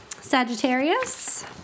Sagittarius